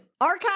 archive